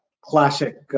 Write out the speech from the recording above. classic